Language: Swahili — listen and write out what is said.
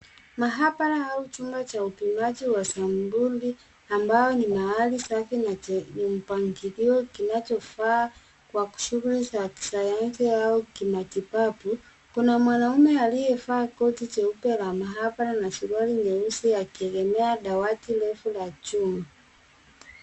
Mahabara au chumba cha upimaji wa sampuli ambao ni mahali safi na chenye mpangilio kinachofaa kwa shughuli za kisayansi au kimatibabu. Kuna mwanaume aliyevaa koti jeupe la mahabara na suruali nyeusi akiegemea dawati refu la chuma.